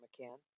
McCann